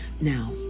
now